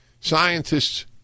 Scientists